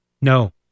No